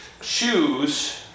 shoes